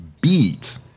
beat